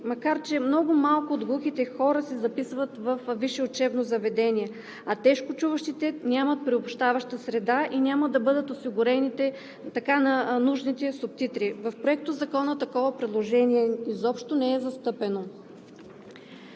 макар че много малко от глухите хора се записват във висши учебни заведения, а тежко чуващите нямат приобщаваща среда и няма да им бъдат осигурени така нужните субтитри. В Проектозакона такова предложение изобщо не е застъпено.